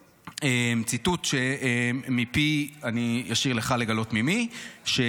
אני אשאיר לך לגלות ממי הציטוט,